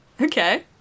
Okay